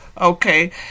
Okay